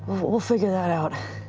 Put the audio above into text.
we'll figure that out.